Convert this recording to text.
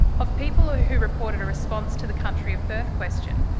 of people who who reported a response to the country of birth question,